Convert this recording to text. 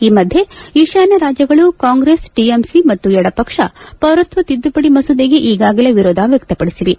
ಈ ಮಧ್ವೆ ಈತಾನ್ವ ರಾಜ್ಯಗಳು ಕಾಂಗ್ರೆಸ್ ಟಿಎಂಸಿ ಮತ್ತು ಎಡ ಪಕ್ಷ ಪೌರತ್ವ ತಿದ್ದುಪಡಿ ಮಸೂದೆಗೆ ಈಗಗಾಲೇ ವಿರೋಧ ವ್ಯಕ್ತಪಡಿಸಿವೆ